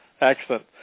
Excellent